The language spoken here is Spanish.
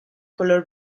color